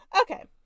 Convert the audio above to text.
Okay